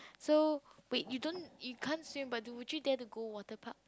so wait you don't you can't swim but do would you dare to go water park